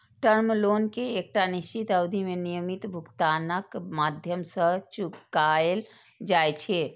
term loan कें एकटा निश्चित अवधि मे नियमित भुगतानक माध्यम सं चुकाएल जाइ छै